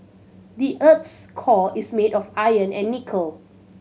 the earth's core is made of iron and nickel